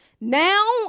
Now